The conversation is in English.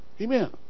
Amen